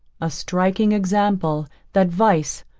a striking example that vice,